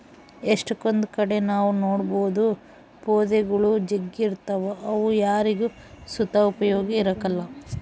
ಎಷ್ಟಕೊಂದ್ ಕಡೆ ನಾವ್ ನೋಡ್ಬೋದು ಪೊದೆಗುಳು ಜಗ್ಗಿ ಇರ್ತಾವ ಅವು ಯಾರಿಗ್ ಸುತ ಉಪಯೋಗ ಇರಕಲ್ಲ